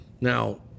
Now